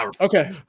Okay